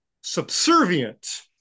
subservient